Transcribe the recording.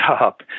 up